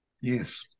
Yes